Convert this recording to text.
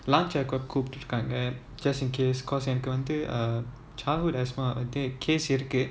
lunch I got கூப்டுருக்காங்க:koopturukaanga just in case because இப்போ வந்து:ippo vanthu uh childhood asthma date வந்து:vanthu case இருக்கு:iruku